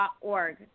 org